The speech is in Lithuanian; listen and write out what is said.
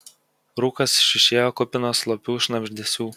rūkas šiušėjo kupinas slopių šnabždesių